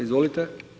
Izvolite.